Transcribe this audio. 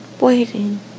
waiting